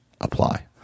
apply